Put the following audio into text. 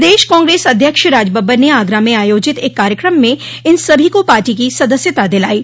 प्रदेश कांग्रेस अध्यक्ष राजबबर ने आगरा में आयोजित एक कार्यक्रम में इन सभी को पार्टी की सदस्यता दिलायी